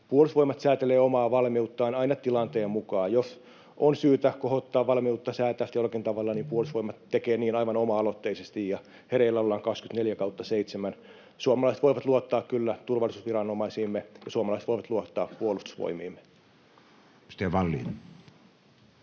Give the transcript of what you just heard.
Puolustusvoimat säätelee omaa valmiuttaan aina tilanteen mukaan. Jos on syytä kohottaa valmiutta, säätää sitä jollakin tavalla, niin Puolustusvoimat tekee niin aivan oma-aloitteisesti, ja hereillä ollaan 24/7. Suomalaiset voivat luottaa kyllä turvallisuusviranomaisiimme ja suomalaiset